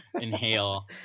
inhale